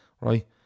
right